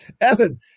Evan